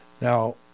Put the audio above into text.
Now